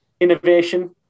innovation